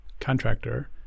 contractor